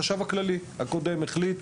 החשב הכללי הקודם החליט